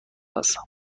هستم